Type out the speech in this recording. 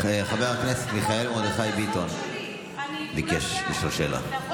חבר הכנסת מיכאל מרדכי ביטון ביקש לשאול שאלה.